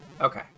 Okay